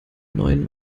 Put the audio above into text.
neuen